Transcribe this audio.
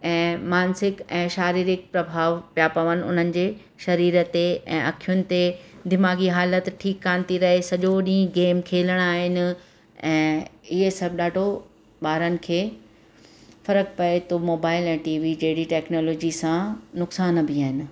ऐं मानसिक ऐं शारीरिक प्रभाव पिया पवनि उन्हनि जे सरीर ते ऐं अखियुनि ते दिमाग़ी हालति ठीकु कान थी रहे सॼो ॾींहुं गेम खेलिणा आहिनि ऐं इहो सभु ॾाढो ॿारनि खे फ़र्क़ु पिए थो मोबाइल ऐं टी वी जहिड़ी टेक्सांनोलॉजी सां नुक़सान बि आहिनि